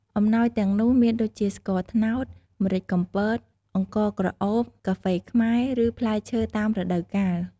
អំណាយទាំងនោះមានដូចជា ស្ករត្នោត ម្រេចកំពត អង្ករក្រអូប កាហ្វេខ្មែរ ឬ ផ្លែឈើតាមរដូវកាល។